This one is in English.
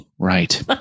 Right